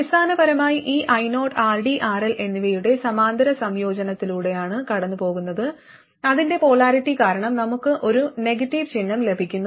അടിസ്ഥാനപരമായി ഈ io RD RL എന്നിവയുടെ സമാന്തര സംയോജനത്തിലൂടെയാണ് കടന്നുപോകുന്നത് അതിന്റെ പൊളാരിറ്റി കാരണം നമുക്ക് ഒരു നെഗറ്റീവ് ചിഹ്നം ലഭിക്കുന്നു